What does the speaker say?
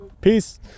Peace